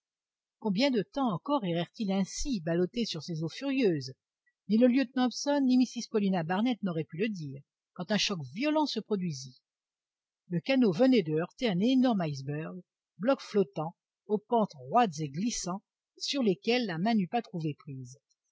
combien de temps encore errèrent ils ainsi ballottés sur ces eaux furieuses ni le lieutenant hobson ni mrs paulina barnett n'auraient pu le dire quand un choc violent se produisit le canot venait de heurter un énorme iceberg bloc flottant aux pentes roides et glissantes sur lesquelles la main n'eût pas trouvé prise